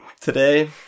today